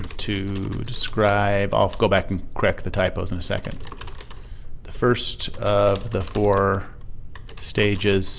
to describe, i'll go back and correct the typos in the second the first of the four stages